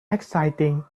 exciting